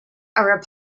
are